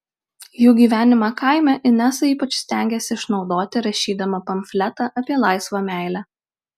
jų gyvenimą kaime inesa ypač stengėsi išnaudoti rašydama pamfletą apie laisvą meilę